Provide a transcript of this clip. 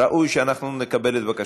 ראוי שאנחנו נכבד את בקשתו,